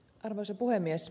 arvoisa puhemies